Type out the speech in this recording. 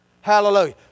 Hallelujah